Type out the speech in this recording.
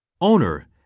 Owner